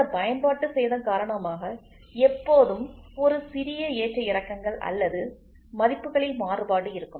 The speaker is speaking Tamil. இந்த பயன்பாட்டு சேதம் காரணமாக எப்போதும் ஒரு சிறிய ஏற்ற இறக்கங்கள் அல்லது மதிப்புகளில் மாறுபாடு இருக்கும்